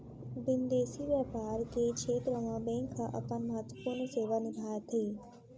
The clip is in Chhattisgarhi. बिंदेसी बैपार के छेत्र म बेंक ह अपन महत्वपूर्न सेवा निभाथे